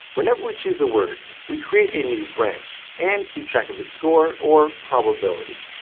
whenever we choose a word, we create a new branch, and keep track of its score or probability.